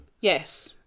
Yes